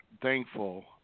thankful